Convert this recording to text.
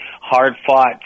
hard-fought